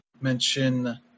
mention